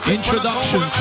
Introduction